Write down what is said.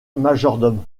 majordome